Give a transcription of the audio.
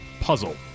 puzzle